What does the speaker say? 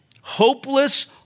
hopeless